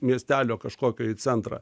miestelio kažkokio į centrą